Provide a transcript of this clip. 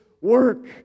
work